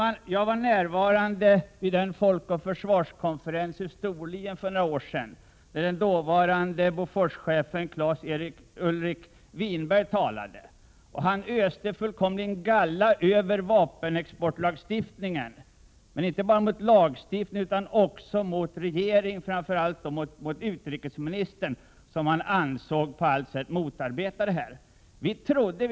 Jag var för några år sedan närvarande vid den Folk och försvars-konferens i Storlien där den dåvarande Boforschefen Claes-Ulrik Winberg talade. Han fullkomligt öste galla över vapenexportlagstiftningen, men inte bara mot lagstiftningen, utan också mot regeringen och framför allt mot utrikesministern, som han ansåg på allt sätt motarbetade vapenexporten.